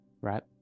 right